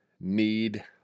need